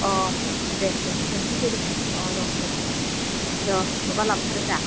अ दे दे pencil shading अ र' अके माबा लाबोखादोंदा